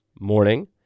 morning